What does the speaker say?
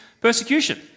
persecution